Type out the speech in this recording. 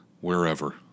wherever